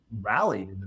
rallied